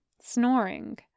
snoring